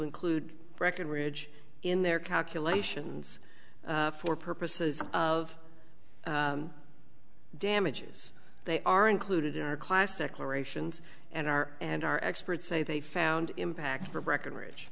include breckenridge in their calculations for purposes of damages they are included in our class declarations and our and our experts say they found impact for breckenridge